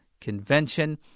convention